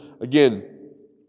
again